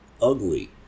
ugly